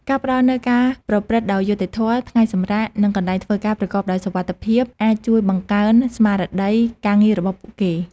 ការផ្តល់នូវការប្រព្រឹត្តដោយយុត្តិធម៌ ថ្ងៃសម្រាក និងកន្លែងធ្វើការប្រកបដោយសុវត្ថិភាពអាចជួយបង្កើនស្មារតីការងាររបស់ពួកគេ។